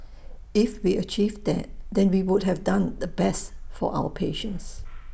if we achieve that then we would have done the best for our patients